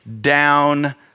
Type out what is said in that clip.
down